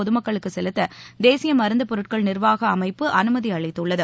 பொதுமக்களுக்கு செலுத்த தேசிய மருந்தப்பொருட்கள் நிர்வாக அமைப்பு அனுமதி அளித்துள்ளது